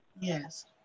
Yes